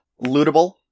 lootable